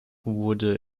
wurde